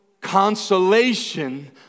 Consolation